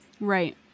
Right